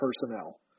personnel